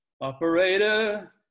operator